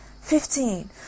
Fifteen